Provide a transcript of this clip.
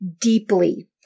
deeply